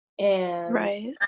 Right